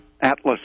atlas